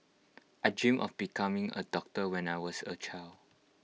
I dreamt of becoming A doctor when I was A child